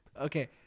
okay